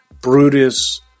Brutus